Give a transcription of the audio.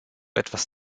etwas